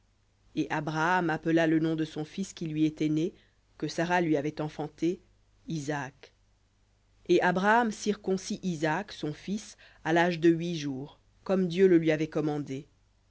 et abraham appela le nom de son fils qui lui était né que sara lui avait enfanté isaac et abraham circoncit isaac son fils à l'âge de huit jours comme dieu le lui avait commandé